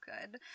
good